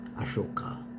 ashoka